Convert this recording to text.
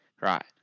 right